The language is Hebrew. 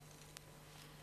ההצעה להעביר את